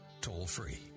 toll-free